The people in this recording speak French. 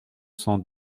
cent